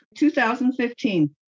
2015